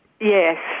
Yes